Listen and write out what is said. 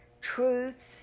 truths